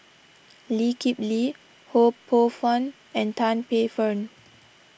Lee Kip Lee Ho Poh Fun and Tan Paey Fern